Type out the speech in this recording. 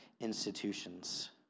institutions